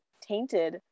tainted